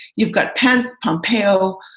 you've got pence, pompeo,